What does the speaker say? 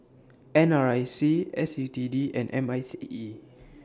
N R I C S U T D and M I C E